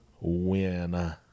win